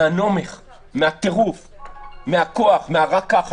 מהנומך, מהטירוף, מהכוח, מה"רק ככה".